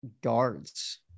guards